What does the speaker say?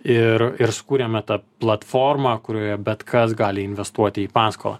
ir ir sukūrėme tą platformą kurioje bet kas gali investuoti į paskolą